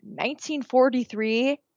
1943